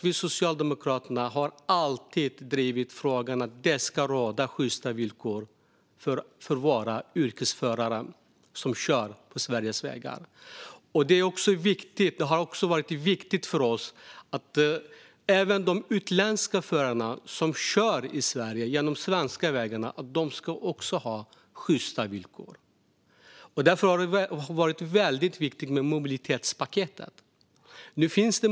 Vi socialdemokrater har alltid drivit att våra yrkesförare ska ha sjysta villkor på Sveriges vägar. Det har också varit viktigt för oss att även utländska förare som kör på de svenska vägarna ska ha sjysta villkor. Därför är mobilitetspaketet väldigt viktigt.